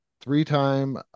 three-time